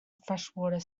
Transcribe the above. freshwater